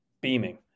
beaming